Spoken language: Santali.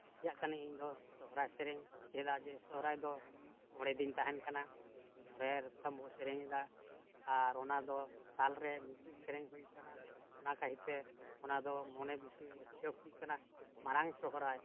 ᱠᱩᱥᱤᱭᱟᱜ ᱠᱟᱹᱱᱟᱹᱧ ᱤᱧ ᱫᱚ ᱥᱚᱦᱨᱟᱭ ᱥᱮᱨᱮᱧ ᱪᱮᱫᱟ ᱡᱮ ᱥᱚᱦᱨᱟᱭ ᱫᱚ ᱢᱚᱬᱮ ᱫᱤᱱ ᱛᱟᱦᱮᱱ ᱠᱟᱱᱟ ᱢᱚᱬᱮ ᱨᱚᱠᱚᱢ ᱵᱚᱱ ᱥᱮᱨᱮᱧ ᱮᱫᱟ ᱟᱨ ᱚᱱᱟ ᱫᱚ ᱥᱟᱞᱨᱮ ᱢᱤᱫ ᱫᱤᱱ ᱥᱮᱨᱮᱧ ᱦᱩᱭᱩᱜ ᱠᱟᱱᱟ ᱚᱱᱟ ᱠᱷᱟᱹᱛᱤᱨ ᱛᱮ ᱚᱱᱟ ᱫᱚ ᱢᱚᱱᱮ ᱵᱤᱥᱤ ᱩᱛᱥᱚᱵᱽ ᱦᱩᱭᱩᱜ ᱠᱟᱱᱟ ᱢᱟᱨᱟᱝ ᱥᱚᱦᱨᱟᱭ